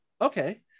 Okay